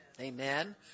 Amen